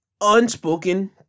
unspoken